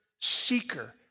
seeker